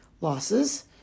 losses